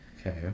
Okay